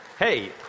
Hey